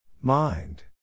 Mind